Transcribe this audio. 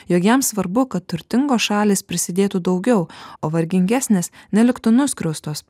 jog jam svarbu kad turtingos šalys prisidėtų daugiau o vargingesnės neliktų nuskriaustas